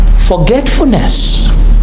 forgetfulness